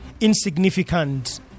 insignificant